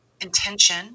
intention